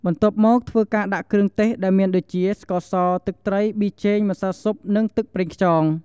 បន្ទាប់មក ធ្វើការដាក់គ្រឿងទេសដែលមានដូចជា ស្ករស ទឹកត្រី ប៊ីចេង ម្សៅស៊ុប និងទឹកប្រងខ្យង។